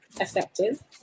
effective